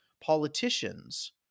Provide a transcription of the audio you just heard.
politicians